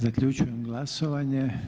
Zaključujem glasovanje.